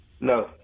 No